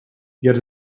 yet